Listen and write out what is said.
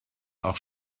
auch